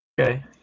Okay